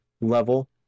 level